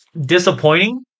disappointing